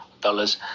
dollars